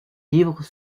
livres